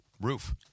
Roof